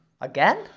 Again